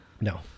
No